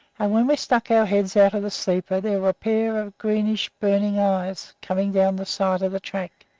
and when we stuck our heads out of the sleeper there were a pair of greenish, burning eyes coming down the side of the track,